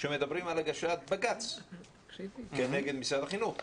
שמדברים על הגשת בג"צ כנגד משרד החינוך,